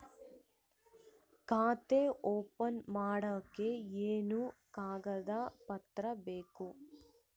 ಖಾತೆ ಓಪನ್ ಮಾಡಕ್ಕೆ ಏನೇನು ಕಾಗದ ಪತ್ರ ಬೇಕು?